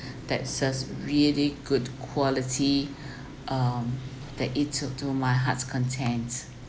that serve really good quality um that it took to my heart's content